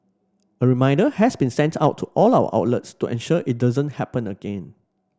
a reminder has been sent out to all our outlets to ensure it doesn't happen again